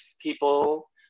people